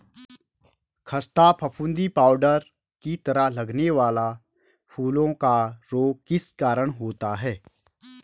खस्ता फफूंदी पाउडर की तरह लगने वाला फूलों का रोग किस कारण होता है?